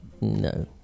No